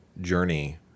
journey